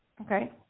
Okay